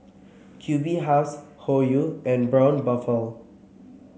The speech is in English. Q B House Hoyu and Braun Buffel